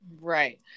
Right